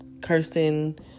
Cursing